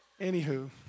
Anywho